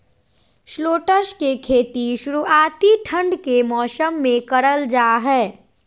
shallots के खेती शुरुआती ठंड के मौसम मे करल जा हय